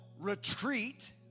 retreat